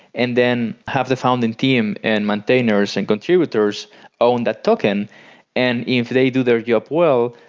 and then have the founding team and maintainers and contributors own that token and if they do their job well,